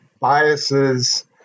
biases